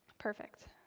perfect.